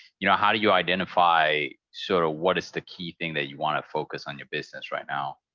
you know, how do you identify sort of, what is the key thing that you want to focus on your business right now?